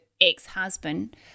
ex-husband